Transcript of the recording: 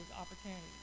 opportunities